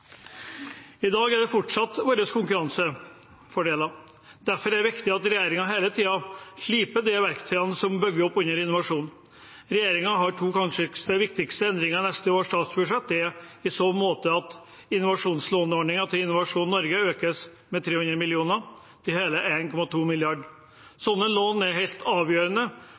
I dag er det fortsatt vår konkurransefordel. Derfor er det viktig at regjeringen hele tiden sliper de verktøyene som bygger opp under innovasjonen. Regjeringens to kanskje viktigste endringer i neste års statsbudsjett er i så måte at innovasjonslåneordningen til Innovasjon Norge økes med 300 mill. kr, til hele 1,2 mrd. kr. Slike lån er helt avgjørende